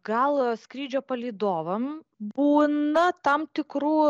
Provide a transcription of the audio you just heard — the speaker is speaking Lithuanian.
gal skrydžio palydovam būna tam tikrų